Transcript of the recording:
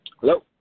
Hello